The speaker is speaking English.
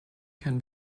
can